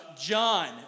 John